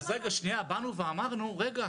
באנו ואמרנו רגע,